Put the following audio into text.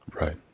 Right